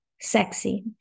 sexy